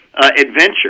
adventure